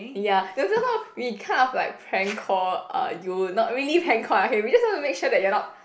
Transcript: ya then just now we kind of like prank call uh you not really prank call okay we just wanna make sure that you're not